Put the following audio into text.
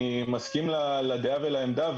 אני מסכים לדעה ולעמדה.